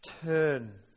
turn